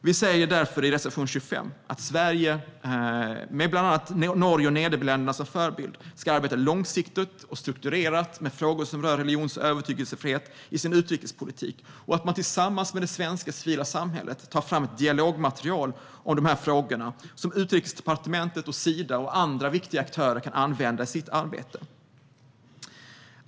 Vi säger därför i reservation 25 att Sverige, med bland annat Norge och Nederländerna som förebilder, ska arbeta långsiktigt och strukturerat med frågor som rör religions och övertygelsefrihet i sin utrikespolitik och att man tillsammans med det svenska civila samhället ska ta fram ett dialogmaterial om dessa frågor, som Utrikesdepartementet, Sida och andra viktiga aktörer kan använda i sitt arbete.